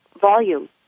volume